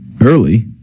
early